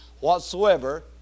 whatsoever